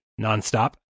nonstop